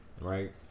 Right